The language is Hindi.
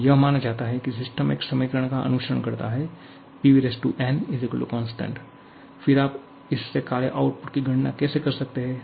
अब यह माना जाता है कि सिस्टम एक समीकरण का अनुसरण करता है PVn constant फिर आप इस से कार्य आउटपुट की गणना कैसे कर सकते हैं